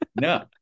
No